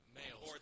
males